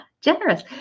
generous